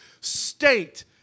state